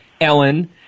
Ellen